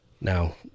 Now